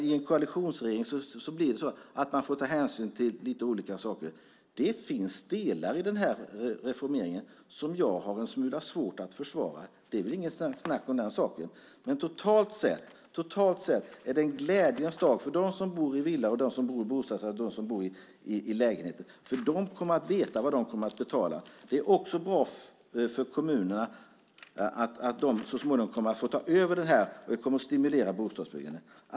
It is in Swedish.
I en koalitionsregering får man ta hänsyn till lite olika saker. Det finns delar i reformeringen som jag har en smula svårt att försvara. Det är inget snack om den saken. Totalt sett är det en glädjens dag för dem som bor i villa, bostadsrätt och hyreslägenheter. De kommer att veta vad de kommer att betala. Det är också bra för kommunerna att de så småningom kommer att få ta över detta. Det kommer att stimulera bostadsbyggandet.